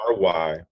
RY